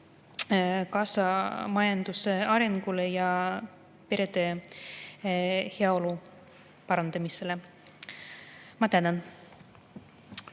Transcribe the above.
kaasa majanduse arengule ja perede heaolu parandamisele. Ma tänan.